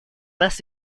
нас